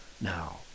Now